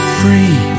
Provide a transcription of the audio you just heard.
free